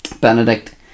Benedict